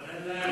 אבל אין להן